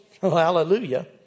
hallelujah